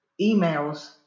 emails